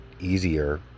easier